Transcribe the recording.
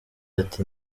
ati